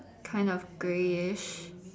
kind of grayish